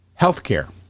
Healthcare